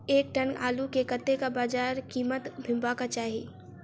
एक टन आलु केँ कतेक बजार कीमत हेबाक चाहि?